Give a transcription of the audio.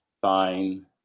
fine